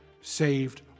saved